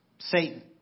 Satan